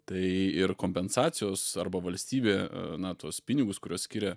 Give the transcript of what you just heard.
tai ir kompensacijos arba valstybė na tuos pinigus kuriuos skiria